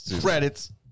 Credits